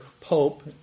pope